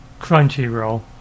Crunchyroll